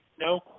No